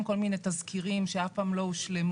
כל מיני תזכירים שאף פעם לא הושלמו.